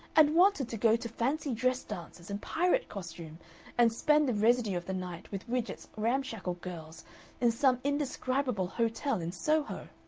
and wanted to go to fancy dress dances in pirate costume and spend the residue of the night with widgett's ramshackle girls in some indescribable hotel in soho!